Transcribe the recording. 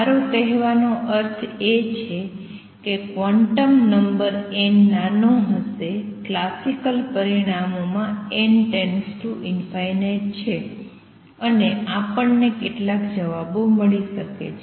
મારો કહેવાનો અર્થ છે કે ક્વોન્ટમ નંબર n નાનો હશે ક્લાસિકલ પરિણામો માં n →∞ છે અને આપણને કેટલાક જવાબો મળી શકે છે